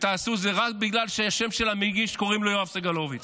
ותעשו את זה רק בגלל שלמגיש קוראים יואב סגלוביץ'.